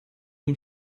dem